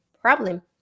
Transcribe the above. problem